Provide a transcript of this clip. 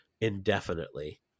indefinitely